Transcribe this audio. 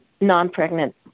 non-pregnant